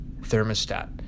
thermostat